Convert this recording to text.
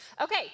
Okay